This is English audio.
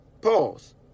Pause